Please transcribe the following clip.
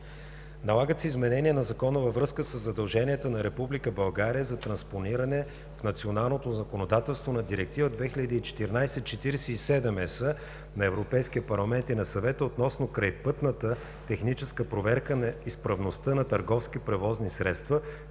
Налагат се изменения на Закона във връзка със задълженията на Република България за транспониране в националното законодателство на Директива 2014/47/ЕС на Европейския парламент и на Съвета относно крайпътната техническа проверка на изправността на търговски превозни средства,